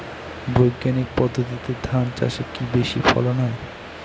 বৈজ্ঞানিক পদ্ধতিতে ধান চাষে কি বেশী ফলন হয়?